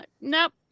nope